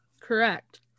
Correct